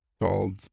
called